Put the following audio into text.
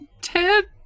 Ted